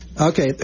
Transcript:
Okay